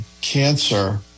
cancer